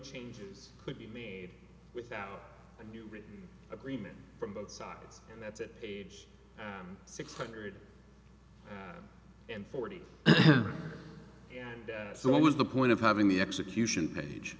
changes could be me without a new written agreement from both sides and that's it page six hundred forty and so what was the point of having the execution page